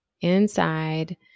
inside